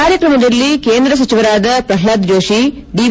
ಕಾರ್ಯಕ್ರಮದಲ್ಲಿ ಕೇಂದ್ರ ಸಚಿವರಾದ ಪ್ರಹ್ಲಾದ್ ಜೋತಿ ಡಿವಿ